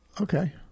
Okay